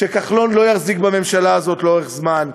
שכחלון לא יחזיק בממשלה הזאת לאורך זמן,